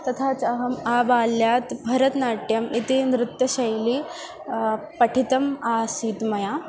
तथा च अहम् आ बाल्यात् भरतनाट्यम् इति नृत्यशैली पठिता आसीत् मया